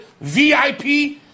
VIP